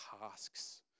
tasks